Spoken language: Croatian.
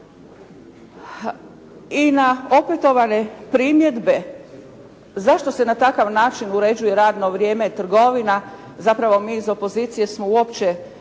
I na opetovane primjedbe zašto se na takav način uređuje radno vrijeme trgovina zapravo mi iz opozicije smo uopće